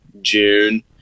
June